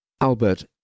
Albert